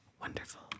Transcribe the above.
wonderful